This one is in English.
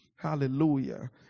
hallelujah